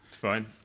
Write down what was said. Fine